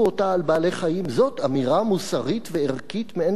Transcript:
בעלי-חיים זאת אמירה מוסרית וערכית מאין כמותה.